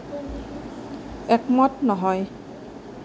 একমত নহয়